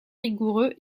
rigoureux